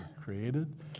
created